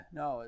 no